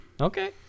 okay